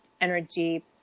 energy